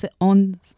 on